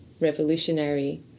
revolutionary